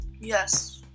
Yes